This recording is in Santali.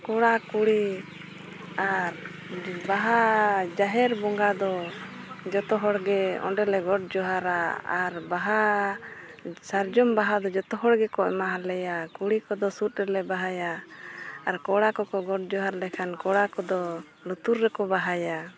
ᱠᱚᱲᱟ ᱠᱩᱲᱤ ᱟᱨ ᱵᱟᱦᱟ ᱡᱟᱦᱮᱨ ᱵᱚᱸᱜᱟ ᱫᱚ ᱡᱚᱛᱚ ᱦᱚᱲᱜᱮ ᱚᱸᱰᱮᱞᱮ ᱜᱚᱰ ᱡᱚᱸᱦᱟᱨᱟ ᱟᱨ ᱵᱟᱦᱟ ᱥᱟᱨᱡᱚᱢ ᱵᱟᱦᱟ ᱫᱚ ᱡᱚᱛᱚ ᱦᱚᱲ ᱜᱮᱠᱚ ᱮᱢᱟᱦᱟᱞᱮᱭᱟ ᱠᱩᱲᱤ ᱠᱚᱫᱚ ᱥᱩᱫ ᱨᱮᱞᱮ ᱵᱟᱦᱟᱭᱟ ᱟᱨ ᱠᱚᱲᱟ ᱠᱚ ᱠᱚ ᱜᱚᱰ ᱡᱚᱸᱦᱟᱨ ᱞᱮᱠᱷᱟᱱ ᱠᱚᱲᱟ ᱠᱚᱫᱚ ᱞᱩᱛᱩᱨ ᱨᱮᱠᱚ ᱵᱟᱦᱟᱭᱟ